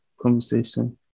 conversation